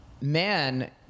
man